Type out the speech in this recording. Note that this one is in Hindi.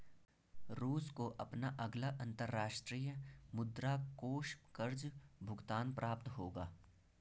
रूस को अपना अगला अंतर्राष्ट्रीय मुद्रा कोष कर्ज़ भुगतान प्राप्त होगा